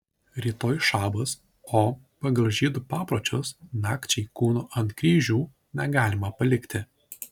rytoj šabas o pagal žydų papročius nakčiai kūnų ant kryžių negalima palikti